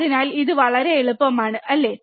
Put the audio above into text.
അതിനാൽ ഇത് വളരെ എളുപ്പമാണ് അല്ലേ